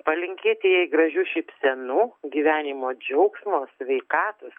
palinkėti jai gražių šypsenų gyvenimo džiaugsmo sveikatos